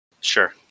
Sure